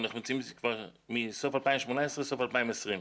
אנחנו נמצאים מסוף 2018 עד סוף 2020,